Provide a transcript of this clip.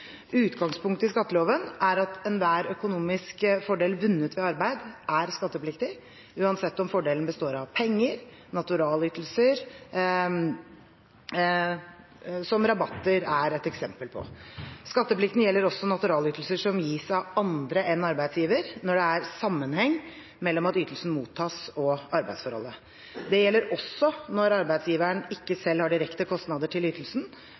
Utgangspunktet i skatteloven er at enhver økonomisk fordel vunnet ved arbeid er skattepliktig, uansett om fordelen består av penger eller naturalytelser, som rabatter er et eksempel på. Skatteplikten gjelder også naturalytelser som gis av andre enn arbeidsgiveren, når det er sammenheng mellom at ytelsen mottas og arbeidsforholdet. Det gjelder også når arbeidsgiveren ikke selv har direkte kostnader til ytelsen,